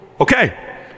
Okay